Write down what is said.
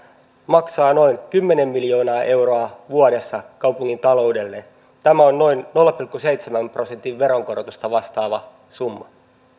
maksaa noin kymmenen miljoonaa euroa vuodessa kaupungin taloudelle tämä on noin nolla pilkku seitsemän prosentin veronkorotusta vastaava summa